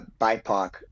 BIPOC